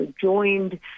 joined